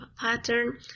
pattern